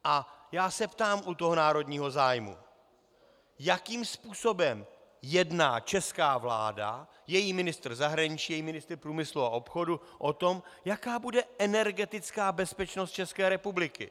A já se ptám u toho národního zájmu, jakým způsobem jedná česká vláda, její ministr zahraničí, její ministr průmyslu a obchodu o tom, jaká bude energetická bezpečnost České republiky.